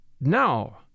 Now